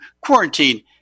quarantine